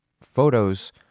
photos